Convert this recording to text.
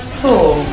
four